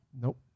Nope